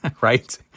right